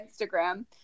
Instagram